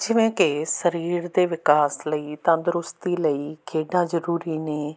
ਜਿਵੇਂ ਕਿ ਸਰੀਰ ਦੇ ਵਿਕਾਸ ਲਈ ਤੰਦਰੁਸਤੀ ਲਈ ਖੇਡਾਂ ਜ਼ਰੂਰੀ ਨੇ